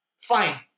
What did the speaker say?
fine